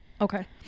Okay